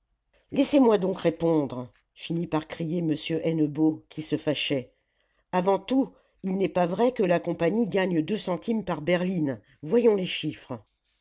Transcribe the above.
laissez-moi donc répondre finit par crier m hennebeau qui se fâchait avant tout il n'est pas vrai que la compagnie gagne deux centimes par berline voyons les chiffres